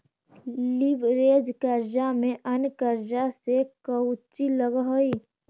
Leverage कर्जा में अन्य कर्जा से कउची अलग हई?